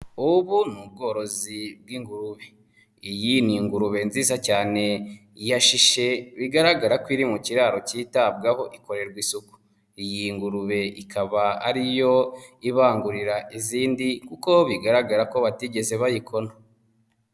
Ubu ni ubworozi bw'ingurube. Iyi ni ingurube nziza cyane bigaragara ko iri mu kiraro kitabwaho ikorerwa isuku. Iyi ngurube ikaba ariyo ibangurira izindi, kuko bigaragara ko batigeze bayikona.